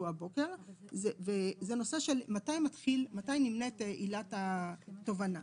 הבוקר זה נושא של מתי נמנית עילת התובענה,